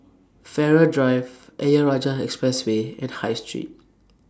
Farrer Drive Ayer Rajah Expressway and High Street